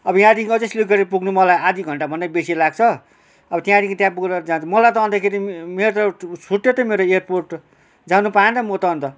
अब यहाँदेखि अझै सिलगढी पुग्नु मलाई आधा घन्टाभन्दा बेसी लाग्छ अब त्यहाँदेखि त्यहाँ पुग्दा मलाई त अन्तखेरि मेरो त छुट्यो त एयरपोर्ट जानु पाएन त म त अन्त